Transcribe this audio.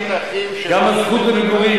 בוא נאמר,